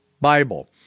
Bible